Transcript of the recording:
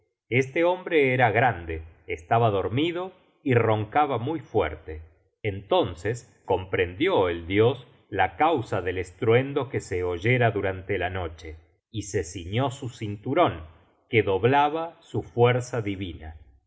este hombre era grande estaba dormido y roncaba muy fuerte entonces comprendió el dios la causa del estruendo que se oyera durante la noche y se ciñó su cinturon que doblaba su fuerza divina